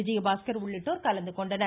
விஜயபாஸ்கர் உள்ளிட்டோர் கலந்துகொண்டனர்